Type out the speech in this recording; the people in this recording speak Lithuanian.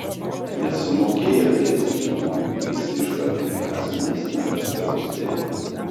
nesumokėję psd įmokų visi išvardyti asmenys nėra apdrausti